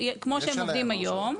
כמו שהם עובדים היום,